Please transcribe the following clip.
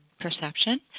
perception